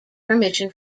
permission